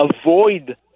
avoid